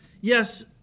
Yes